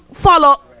follow